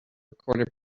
recorded